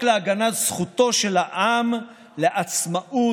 החוק להגנת זכותו של העם לעצמאות,